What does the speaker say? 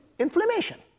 Inflammation